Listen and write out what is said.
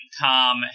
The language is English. Tom